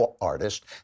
artist